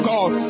God